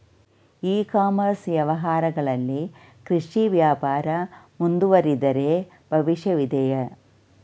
E commerce ವ್ಯವಹಾರಗಳಲ್ಲಿ ಕೃಷಿ ವ್ಯಾಪಾರ ಮುಂದುವರಿದರೆ ಭವಿಷ್ಯವಿದೆಯೇ?